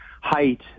height